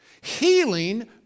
Healing